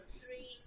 three